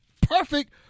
perfect